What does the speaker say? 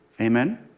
Amen